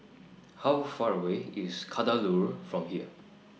How Far away IS Kadaloor from here